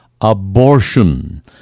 abortion